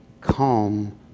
Calm